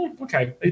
okay